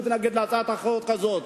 מי שמתנגד להצעת החוק הזאת,